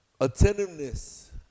attentiveness